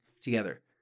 together